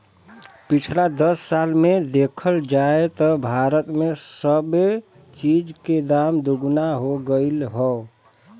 पिछला दस साल मे देखल जाए त भारत मे सबे चीज के दाम दुगना हो गएल हौ